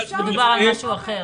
מדובר על משהו אחר.